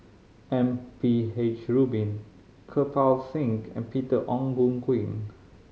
M P H Rubin Kirpal Singh and Peter Ong Boon Kwee